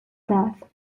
death